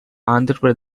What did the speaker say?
andhra